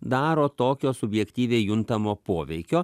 daro tokio subjektyviai juntamo poveikio